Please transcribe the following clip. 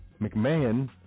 McMahon